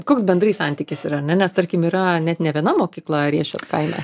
koks bendrai santykis yra ar ne nes tarkim yra net ne viena mokykla riešės kaime